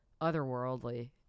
otherworldly